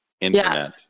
internet